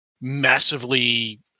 massively